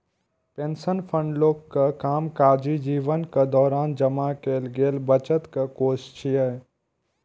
pension fund लोकक कामकाजी जीवनक दौरान जमा कैल गेल बचतक कोष छियै